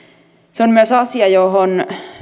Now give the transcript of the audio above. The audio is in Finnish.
se on myös asia johon